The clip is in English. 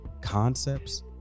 concepts